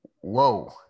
Whoa